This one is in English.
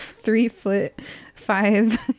three-foot-five